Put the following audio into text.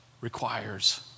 requires